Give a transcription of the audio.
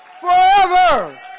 forever